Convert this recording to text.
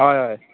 हय हय